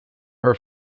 her